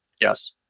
Yes